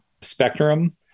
spectrum